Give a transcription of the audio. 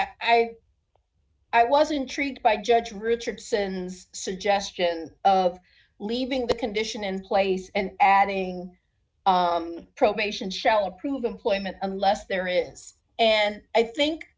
i was intrigued by judge richardson's suggestion of leaving the condition in place and adding probation shall approve employment unless there is and i think